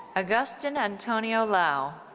agustin antonio lau.